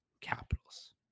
Capitals